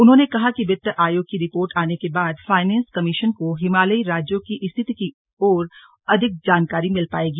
उन्होंने कहा कि वित्त आयोग की रिपोर्ट आने के बाद फाइनेंस कमीशन को हिमालयी राज्यों की स्थिति की और अधिक जानकारी मिल पाएगी